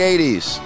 80s